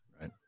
Right